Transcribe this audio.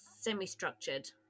semi-structured